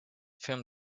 film